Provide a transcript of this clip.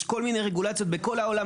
יש כל מיני רגולציות בכל העולם,